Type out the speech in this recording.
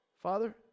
Father